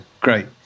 great